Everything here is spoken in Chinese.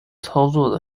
操作